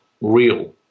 real